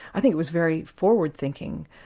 i think it was very forward thinking,